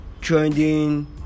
trending